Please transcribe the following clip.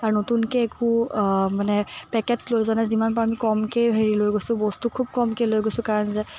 আৰু নতুনকৈ একো মানে পেকেটছ লৈ যোৱা নাই যিমান পাৰোঁ আমি কমকৈ হেৰি লৈ গৈছোঁ বস্তু খুব কমকৈ লৈ গৈছোঁ কাৰণ যে